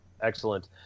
Excellent